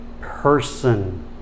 person